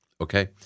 okay